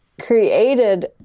created